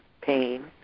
pain